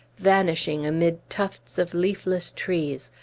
vanishing amid tufts of leafless trees,